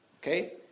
Okay